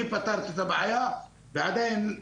אני פתרתי את הבעיה, ועדיין לא עשו.